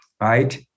right